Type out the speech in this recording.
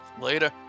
Later